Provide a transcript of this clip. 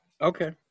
okay